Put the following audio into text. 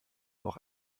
auch